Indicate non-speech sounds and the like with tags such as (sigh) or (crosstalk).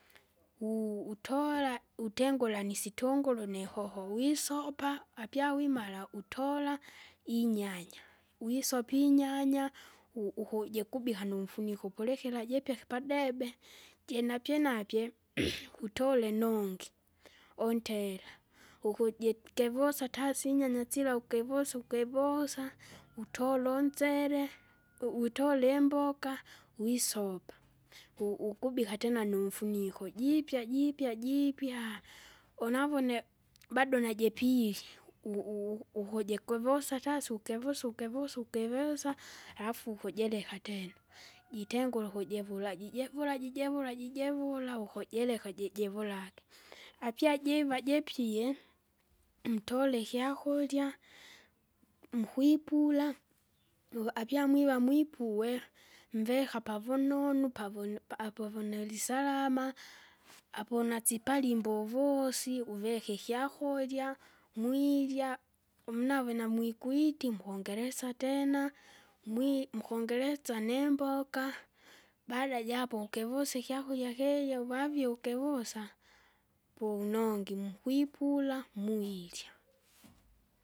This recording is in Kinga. (noise) u- utola utengura nisitunguru nihoho wisopa, apya wimala utola, inyanya, wisopa inyanya u- ukujikubika numfuniko upulekera jipyea ki- padebe, jinapye napye (noise) utola inongi, untela, ukujikevosa tasi inyanya sila ukevosa ukevosa, (noise) utola unsele, (noise) u- uitola imboka, (noise) uwisopa. (noise) U- ukubika tena numfuniko jiipya jiipya jiipya! unavune bado najipilye u- u- u- ukujikovosa tasi ukevusuke vusuke viosa, alafu ukujileka tena, (noise) jitengure ukujivula jijevula jijevula jijevula, ukijeleka jejevulage. Apya jiva jipie mtule ikyakurya, mukwipula, (noise) vu apyamwiva mwipue, mveka panunonu pavun- apovunelisalama, aponasipali imbovosi (noise) uvika ikyakurya, mwirya, mnave namwikwiti mkongeresa tena, mwi- mukongelesa nimboka. Baada japo ukevusa ikyakurya kija uvavie ukivosa, po unongi, mukwipula mwirya. (noise)